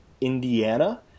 Indiana